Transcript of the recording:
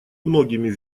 многими